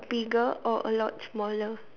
bigger or a lot smaller